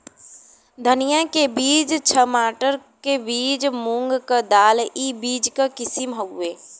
धनिया के बीज, छमाटर के बीज, मूंग क दाल ई बीज क किसिम हउवे